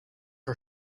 her